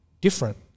different